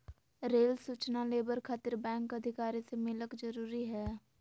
Rail सूचना labour खातिर bank अधिकारी से मिलक जरूरी है?